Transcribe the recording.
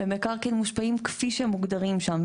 ומקרקעין מושפעים כפי שהם מוגדרים שם.